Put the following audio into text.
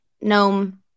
gnome